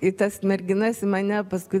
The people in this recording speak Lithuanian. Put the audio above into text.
į tas merginas į mane paskui